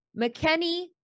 McKenny